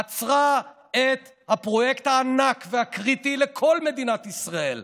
עצרה את הפרויקט הענק והקריטי לכל מדינת ישראל.